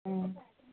ହୁଁ